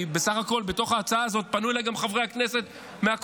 כי בסך הכול בהצעה הזאת פנו אליי גם חברי הכנסת מהקואליציה,